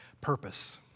Purpose